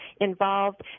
involved